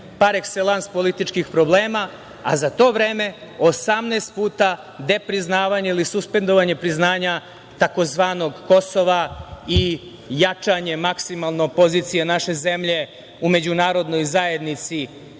par ekselans političkih problema, a za to vreme, 18 puta nepriznavanje ili suspendovanje priznanja tzv. Kosova i jačanje maksimalno pozicije naše zemlje u međunarodnoj zajednici,